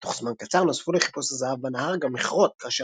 תוך זמן קצר נוספו לחיפוש הזהב בנהר גם מכרות כאשר